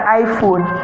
iphone